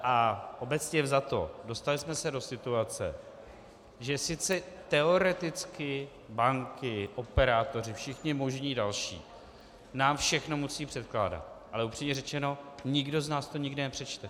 A obecně vzato, dostali jsme se do situace, že sice teoreticky banky, operátoři, všichni možní další nám všechno musí předkládat, ale upřímně řečeno nikdo z nás to nikdy nepřečte.